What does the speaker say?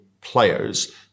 players